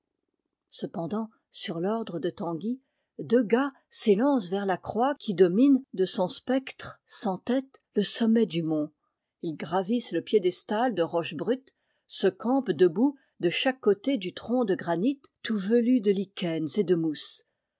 cependant sur l'ordre de tanguy deux gars s'élancent vers la croix qui domine de son spectre sans tête le sommet du mont ils gravissent le piédestal de roches brutes se campent debout de chaque côté du tronc de granit tout velu de lichens et de mousses